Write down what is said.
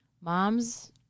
Moms